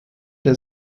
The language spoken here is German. der